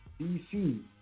DC